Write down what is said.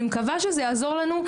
אני מקווה שזה יעזור לנו,